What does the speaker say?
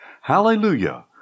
Hallelujah